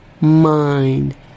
mind